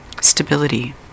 stability